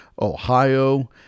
Ohio